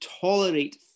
tolerate